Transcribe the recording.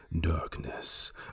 darkness